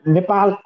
Nepal